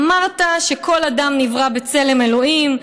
אמרת שכל אדם נברא בצלם אלוהים,